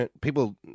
people